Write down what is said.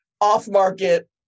off-market